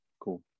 cool